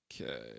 Okay